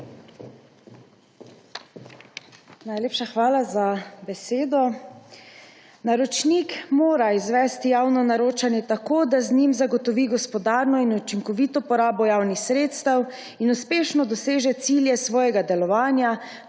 hvala za besedo.